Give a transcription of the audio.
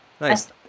Nice